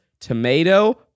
tomato